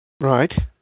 Right